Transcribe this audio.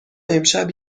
امشب